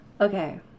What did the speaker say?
Okay